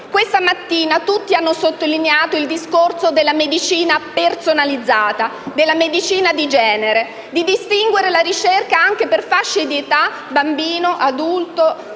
Questa mattina tutti hanno sottolineato il discorso della medicina personalizzata, della medicina di genere, di distinguere la ricerca anche per fasce d'età (adulto-bambino,